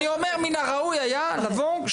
מן הראוי היה לבוא,